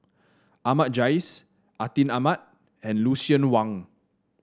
Ahmad Jais Atin Amat and Lucien Wang